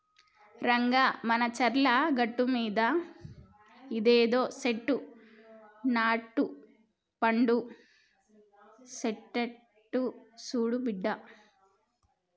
రంగా మానచర్ల గట్టుమీద ఇదేదో సెట్టు నట్టపండు సెట్టంట సూడు బిడ్డా